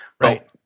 Right